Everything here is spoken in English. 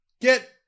Get